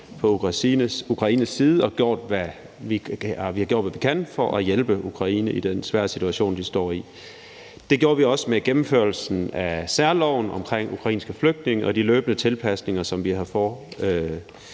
på Ukraines side og gjort, hvad vi kan, for at hjælpe Ukraine i den svære situation, de står i. Det gjorde vi også med gennemførelsen af særloven omkring ukrainske flygtninge og de løbende tilpasninger, som vi har foretaget